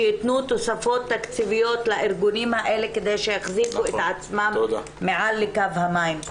שיתנו תוספות תקציביות לארגונים האלה כדי שיחזיקו את עצמם מעל לקו המים.